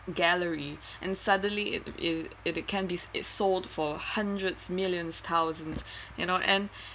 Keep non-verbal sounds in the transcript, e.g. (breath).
gallery and suddenly it it it it can be it sold for hundreds millions thousands (breath) you know and